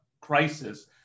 crisis